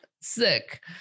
sick